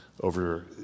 over